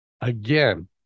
Again